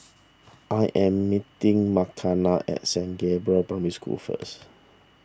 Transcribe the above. I am meeting Makenna at Saint Gabriel's Primary School first